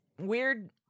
weird